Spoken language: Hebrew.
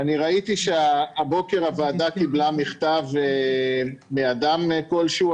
ראיתי שהבוקר הוועדה קיבלה מכתב מאדם כלשהו.